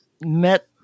met